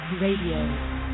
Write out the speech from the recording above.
Radio